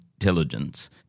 intelligence